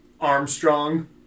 Armstrong